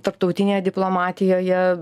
tarptautinėje diplomatijoje